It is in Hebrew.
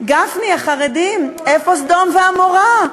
גפני, החרדים, איפה סדום ועמורה?